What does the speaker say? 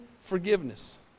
forgiveness